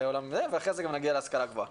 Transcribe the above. אחרי זה גם נגיע להשכלה גבוהה.